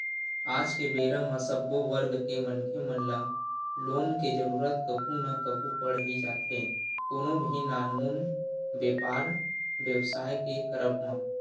आज के बेरा म सब्बो वर्ग के मनखे मन ल लोन के जरुरत कभू ना कभू पड़ ही जाथे कोनो भी नानमुन बेपार बेवसाय के करब म